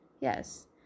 Yes